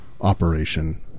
operation